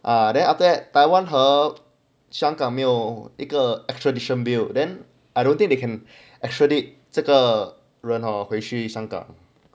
ah then after that taiwan 和香港没有一个 extradition bill then I don't think they can actually 这个人 hor 回去香港